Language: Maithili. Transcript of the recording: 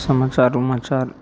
समाचार उमाचार